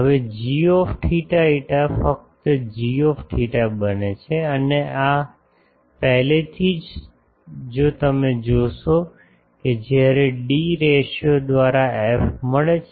હવે g θ φ ફક્ત g θ બને છે અને આ પહેલેથી જ જો તમે જોશો કે જ્યારે ડી રેશિયો દ્વારા f મળે છે